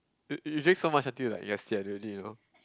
you you drink so much until you like you're sian already you know